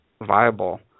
viable